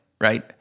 right